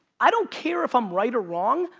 i don't care if i'm right or wrong,